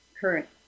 current